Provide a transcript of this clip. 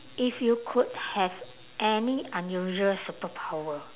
if you could have any unusual superpower